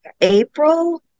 April